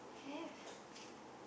have